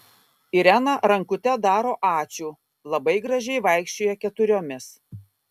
irena rankute daro ačiū labai gražiai vaikščioja keturiomis